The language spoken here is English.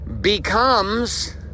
becomes